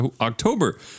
October